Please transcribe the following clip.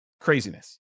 Craziness